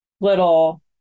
little